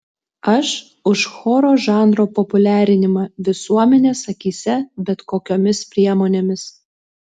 aš už choro žanro populiarinimą visuomenės akyse bet kokiomis priemonėmis